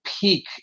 peak